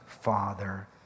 Father